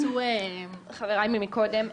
שהתייחסו חבריי מקודם,